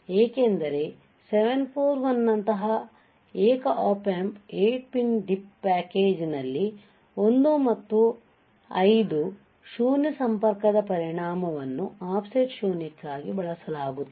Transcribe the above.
ಏಕೆಂದರೆ 741 ನಂತಹ ಏಕ Op Amp 8 ಪಿನ್ DIP ಪ್ಯಾಕೇಜ್ನಲ್ಲಿ 1 ಮತ್ತು 5 ಶೂನ್ಯ ಸಂಪರ್ಕದ ಪರಿಣಾಮವನ್ನು ಆಫ್ಸೆಟ್ ಶೂನ್ಯಕ್ಕಾಗಿ ಬಳಸಲಾಗುತ್ತದೆ